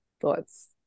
thoughts